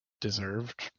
deserved